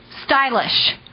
Stylish